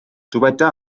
dyweda